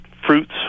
Fruits